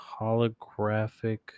holographic